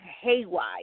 haywire